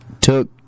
took